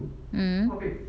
mm